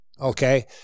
okay